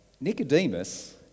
Nicodemus